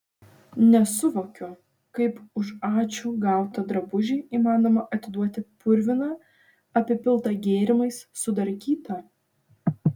nesuvokiu kaip už ačiū gautą drabužį įmanoma atiduoti purviną apipiltą gėrimais sudarkytą